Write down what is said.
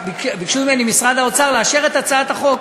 ביקשו ממני, משרד האוצר, לאשר את הצעת החוק.